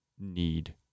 need